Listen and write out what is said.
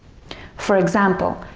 for example,